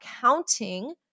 counting